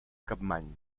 capmany